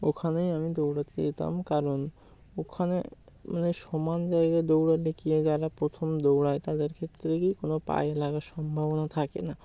ওখানেই আমি দৌড়াতে যেতাম কারণ ওখানে মানে সমান জায়গায় দৌড়ানো কি ইয়ে যারা প্রথম দৌড়ায় তাদের ক্ষেত্রে কি কোনো পায়ে লাগার সম্ভাবনা থাকে না